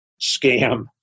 scam